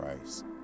Christ